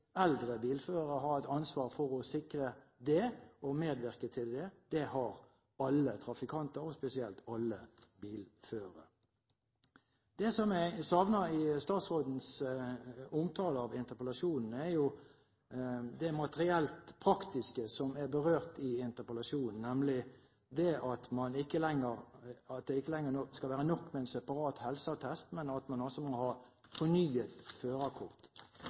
eldre bilførere som har et ansvar for å medvirke til det, det har alle trafikanter, og spesielt alle bilførere. Det som jeg savner i statsrådens omtale av interpellasjonen, er det materielt praktiske som er berørt i interpellasjonen, nemlig at det ikke lenger skal være nok med en separat helseattest, men at man altså må ha fornyet